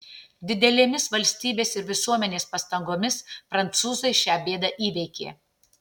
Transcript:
didelėmis valstybės ir visuomenės pastangomis prancūzai šią bėdą įveikė